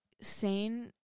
sane